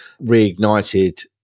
reignited